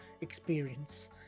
experience